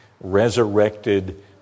resurrected